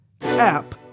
app